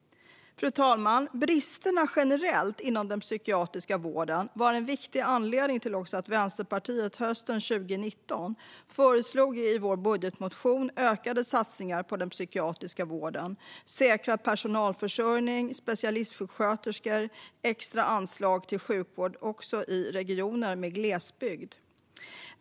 Fru talman! Bristerna generellt inom den psykiatriska vården var en viktig anledning till att vi i Vänsterpartiet hösten 2019 i vår budgetmotion föreslog ökade satsningar på den psykiatriska vården, säkrad personalförsörjning, specialistsjuksköterskor samt extra anslag till sjukvård också i regioner med glesbygd.